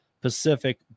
pacific